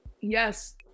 Yes